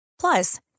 Plus